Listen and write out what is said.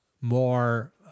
more